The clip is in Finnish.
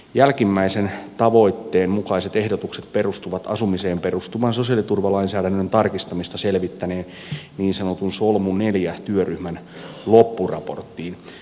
jälkimmäisen tavoitteen mukaiset ehdotukset perustuvat asumiseen perustuvan sosiaaliturvalainsäädännön tarkistamista selvittäneen niin sanotun solmu iv työryhmän loppuraporttiin